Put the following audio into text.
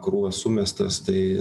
krūvas sumestas tai